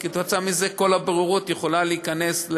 וכתוצאה מזה כל הבוררות יכולה להיכנס,